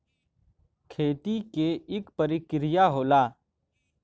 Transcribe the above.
खेती के इक परिकिरिया होला